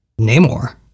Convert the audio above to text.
Namor